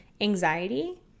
Anxiety